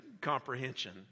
comprehension